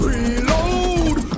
Reload